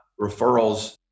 referrals